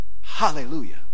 hallelujah